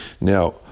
Now